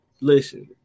listen